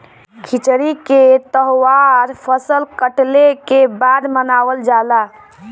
खिचड़ी के तौहार फसल कटले के बाद मनावल जाला